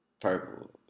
purple